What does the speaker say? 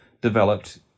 developed